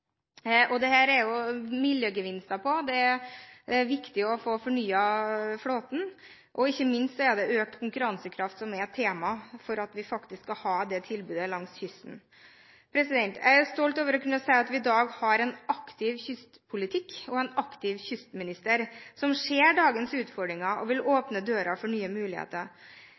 er det jo miljøgevinster på, det er viktig å få fornyet flåten, og ikke minst er det økt konkurransekraft som er tema for at vi faktisk skal ha det tilbudet langs kysten. Jeg er stolt over å kunne si at vi i dag har en aktiv kystpolitikk og en aktiv kystminister som ser dagens utfordringer og vil åpne dører for nye muligheter.